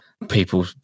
people